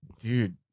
dude